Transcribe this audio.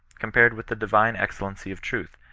compared with the divine excellency of truth,